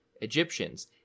Egyptians